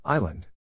Island